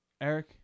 Eric